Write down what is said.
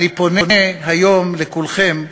אני פונה היום לכולכם,